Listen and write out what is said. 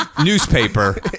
newspaper